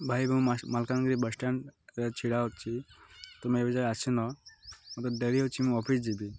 ଭାଇ ମୁଁ ମାଲକାନଗିରି ବସ୍ ଷ୍ଟାଣ୍ଡ୍ରେ ଛିଡ଼ା ଅଛି ତୁମେ ଏବେ ଯା ଆସନ ମତେ ଡେରି ଅଛି ମୁଁ ଅଫିସ୍ ଯିବି